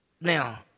Now